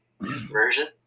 version